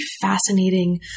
fascinating